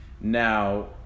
Now